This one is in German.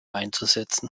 einzusetzen